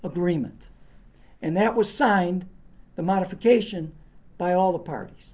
agreement and that was signed the modification by all the par